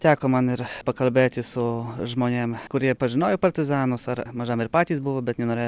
teko man ir pakalbėti su žmonėm kurie pažinojo partizanus ar mažam ir patys buvo bet nenorėjo